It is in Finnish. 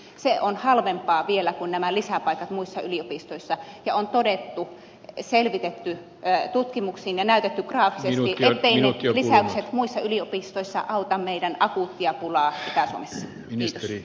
se on halvempaa vielä kuin nämä lisäpaikat muissa yliopistoissa ja on todettu selvitetty tutkimuksin ja näytetty graafisesti etteivät ne lisäykset muissa yliopistoissa auta meidän akuuttia pulaamme itä suomessa